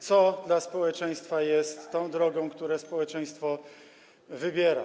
Co dla społeczeństwa jest tą drogą, którą społeczeństwo wybiera.